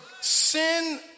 sin